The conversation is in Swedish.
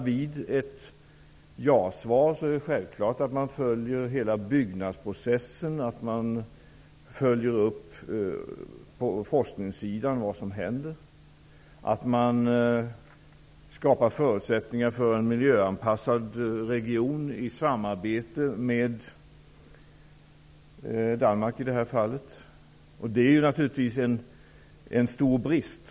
Vid ett ja-svar är det självklart att man följer hela byggprocessen, att man på forskningssidan följer upp vad som händer och att man skapar förutsättningar för en miljöanpassad region i samarbete med, i det här fallet, Danmark. Det är naturligtvis en stor brist.